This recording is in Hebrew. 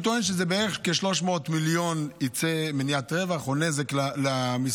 הוא טוען שזה יצא כ-300 מיליון מניעת רווח או נזק במיסים,